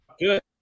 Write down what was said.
good